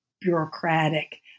bureaucratic